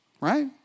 right